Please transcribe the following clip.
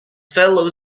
fellow